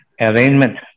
arrangement